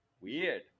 Weird